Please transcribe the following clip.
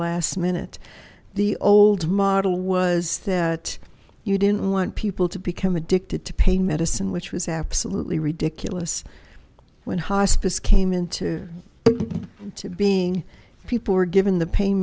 last minute the old model was that you didn't want people to become addicted to pain medicine which was absolutely ridiculous when hospice came into being people were given the pain